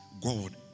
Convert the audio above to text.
God